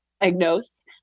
diagnose